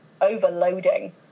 overloading